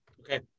Okay